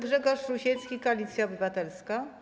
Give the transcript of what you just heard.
Grzegorz Rusiecki, Koalicja Obywatelska.